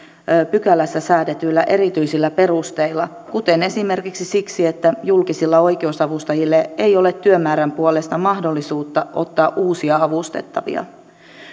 pykälässä säädetyillä erityisillä perusteilla kuten esimerkiksi siksi että julkisilla oikeusavustajilla ei ole työmäärän puolesta mahdollisuutta ottaa uusia avustettavia